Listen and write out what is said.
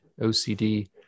OCD